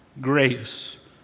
grace